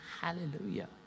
Hallelujah